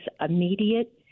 immediate